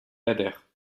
adhère